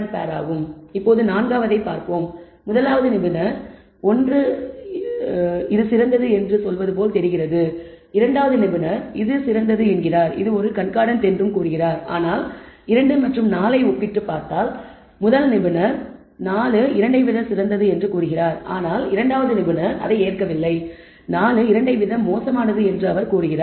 நாம் நான்காவதை பார்ப்போம் முதலாவது நிபுணர் 1 இது சிறந்தது என்று சொல்வது போல் தெரிகிறது நிபுணர் 2 இது சிறந்தது என்கிறார் இது ஒரு கண்கார்டன்ட் என்றும் கூறுகிறார் ஆனால் 2 மற்றும் 4 ஐ ஒப்பிட்டுப் பார்த்தால் நிபுணர் 1 4 2 ஐ விட சிறந்தது என்று கூறுகிறார் ஆனால் நிபுணர் 2 அதை ஏற்கவில்லை 4 2 ஐ விட மோசமானது என்று அவர் கூறுகிறார்